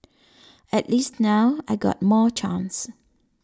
at least now I got more chance